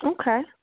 Okay